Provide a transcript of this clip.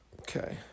Okay